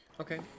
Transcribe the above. Okay